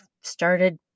started